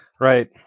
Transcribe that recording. Right